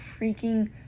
freaking